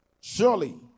Surely